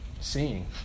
seeing